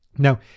Now